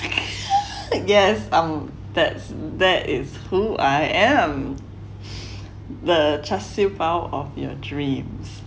it guess I am that's that is who I am the char siew bao of your dreams